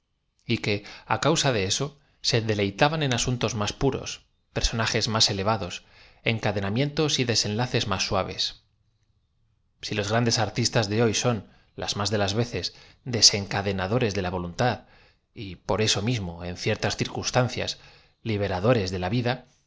y que á causa de eso se delei taban en asuntos más puros personajes más elevados encadenamientos y desenlaces más suaves si los grandes artistas de hoy son las más de las veces desencad en adores de la voluntad y por eso mismo en ciertas circunstancias liberadores de la vida